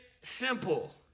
simple